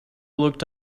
looked